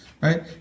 right